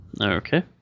Okay